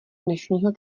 dnešního